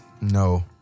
No